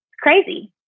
crazy